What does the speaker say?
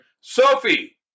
Sophie